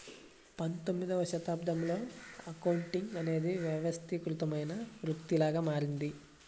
పంతొమ్మిదవ శతాబ్దంలో అకౌంటింగ్ అనేది వ్యవస్థీకృతమైన వృత్తిలాగా మారింది